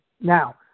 now